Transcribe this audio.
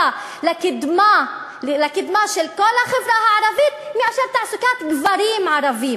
לקדמה של כל החברה הערבית מאשר תעסוקת גברים ערבים.